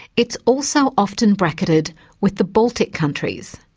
it's also often bracketed with the baltic countries.